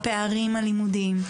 הפערים הלימודיים,